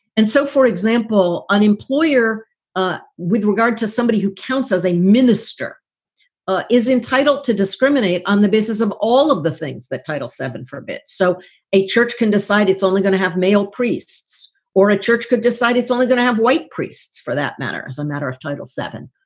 and so, for example, an employer with regard to somebody who counts as a minister is entitled to discriminate on the basis of all of the things that title seven forbids. so a church can decide it's only going to have male priests or a church could decide. it's only going to have white priests, for that matter, as a matter of title seven.